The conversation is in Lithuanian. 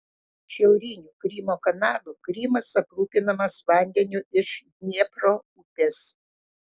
šiauriniu krymo kanalu krymas aprūpinamas vandeniu iš dniepro upės